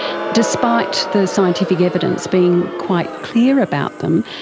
despite the scientific evidence being quite clear about them,